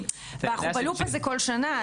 אנחנו בלופ הזה כל שנה,